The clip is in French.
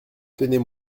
tenez